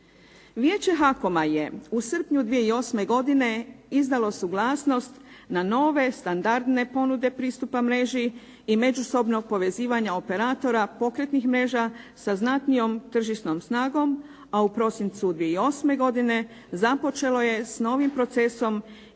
Vijeće HAKOM-a je u srpnju 2008. godine izdalo suglasnost na nove, standardne ponude pristupa mreži i međusobnog povezivanja operatora pokretnih mreža sa znatnijom tržišnom snagom, a u prosincu 2008. godine započelo je s novim procesom